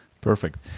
Perfect